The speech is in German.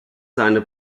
seine